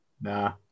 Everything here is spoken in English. Nah